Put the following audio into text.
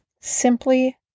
simply